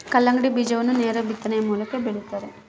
ಕಲ್ಲಂಗಡಿ ಬೀಜವನ್ನು ನೇರ ಬಿತ್ತನೆಯ ಮೂಲಕ ಬೆಳಿತಾರ